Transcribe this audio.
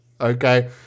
Okay